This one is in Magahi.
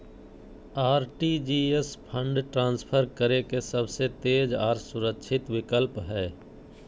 आर.टी.जी.एस फंड ट्रांसफर करे के सबसे तेज आर सुरक्षित विकल्प हय